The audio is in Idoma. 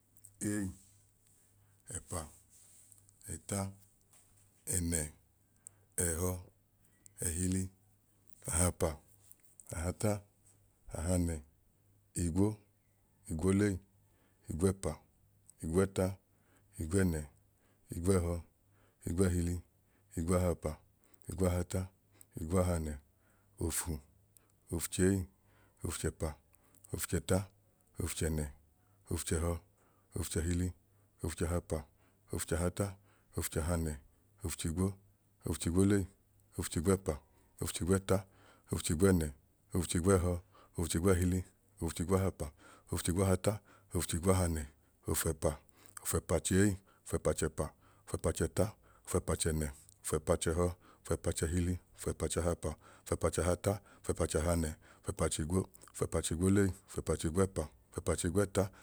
Eyi ẹpa ẹta ẹnẹ ẹhọ ẹhili ahaapa ahata ahanẹ igwo igwolei igwẹpa igwẹẹta igwẹẹnẹ igwẹẹhọ igwẹẹhili igwaahapa igwaahata igwaahanẹ ofu ofchei ofchẹpa ofchẹta ofchẹnẹ ofchẹhọ ofchẹhili ofchahapa ofchahata ofchahanẹ ofchigwo ofchigwolei ofchigwẹẹpa ofchigwẹẹta ofchigwẹẹnẹ ofchigwẹẹhọ ofchigẹẹhili ofchigwaahapa ofchigwaahata ofchigwaahanẹ ofẹpa ofẹpachei ofẹpachẹpa ofẹpachẹta ofẹpachẹnẹ ofẹpachẹhọ ofẹpachẹhili ofẹpachahaapa ofẹpachahata ofẹpachahanẹ ofẹpachigwo ofẹpachigwolei ofẹpachigwẹẹpa ofẹpachigwẹẹta